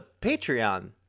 Patreon